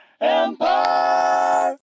Empire